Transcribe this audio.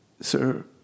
Sir